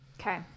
Okay